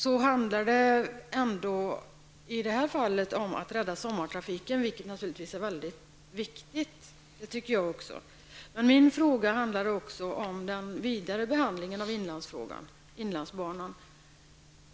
I det här fallet handlar det ändå om att rädda sommartrafiken, vilket naturligtivs är väldigt viktigt. Det tycker jag också. Men min fråga handlar om den vidare behandlingen av frågan om inlandsbanan.